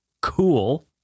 Cool